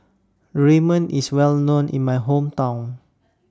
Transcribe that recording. Ramen IS Well known in My Hometown